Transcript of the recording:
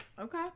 Okay